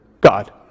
God